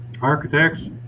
architects